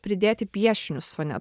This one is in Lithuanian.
pridėti piešinius fone